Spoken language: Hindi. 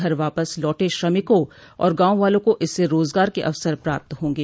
घर वापस लौटे श्रमिकों और गांव वालों को इससे रोजगार के अवसर प्राप्त होंगे